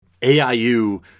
AIU